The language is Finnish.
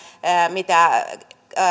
mitä